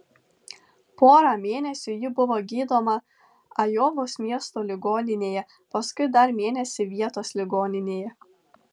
porą mėnesių ji buvo gydoma ajovos miesto ligoninėje paskui dar mėnesį vietos ligoninėje